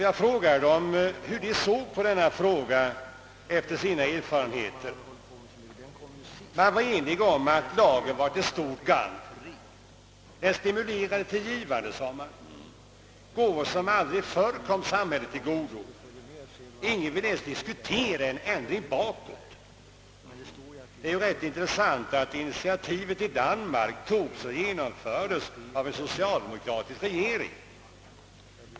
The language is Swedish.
Jag frågade hur de med utgångspunkt från sina erfarenheter såg på denna fråga. Man var enig om att lagen var till stort gagn; den stimulerade till givande. Gåvor kom som aldrig förr samhället till godo. Ingen ville ens diskutera en ändring bakåt. Detta är rätt intressant, därför att initiativet till lagen i Danmark togs och lagen genomfördes av en socialdemokratisk regering.